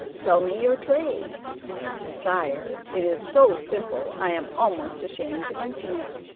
tell me your trade sire, it is so simple i am almost ashamed to mention it.